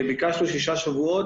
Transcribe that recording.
ביקשנו שישה שבועות,